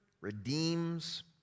redeems